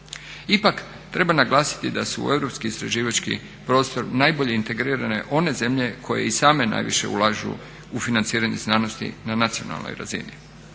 Ipak, treba naglasiti da su u europski istraživački prostor najbolje integrirane one zemlje koje i same najviše ulažu u financiranje znanosti na nacionalnoj razini.